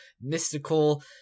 mystical